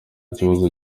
kibazo